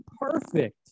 perfect